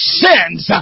sins